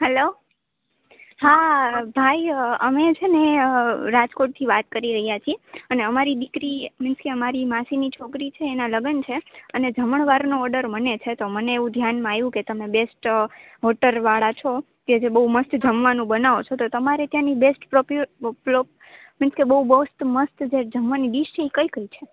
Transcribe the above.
હાલો હા ભાઈ અમે છેને રાજકોટથી વાત કરી રહ્યા છીએ અને અમારી દીકરી મિન્સ કે અમારી માસીની છોકરી છે એના લગ્ન છે અને જમણવારનો ઓડર મને છે તો મને એવું ધ્યાનમાં આવ્યું કે તમે બેસ્ટ હોટલવાળા છો કે જે બહુ મસ્ત જમવાનું બનાવો છો તો તમારે ત્યાંની બેસ્ટ પ્રોપ્યુ પ્રોપ મિન્સ કે બહુ બેસ્ટ મસ્ત જે જમવાની ડિશ છે એ કઈ કઈ છે